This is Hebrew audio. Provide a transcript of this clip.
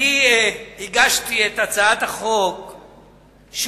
אני הגשתי את הצעת החוק שוב,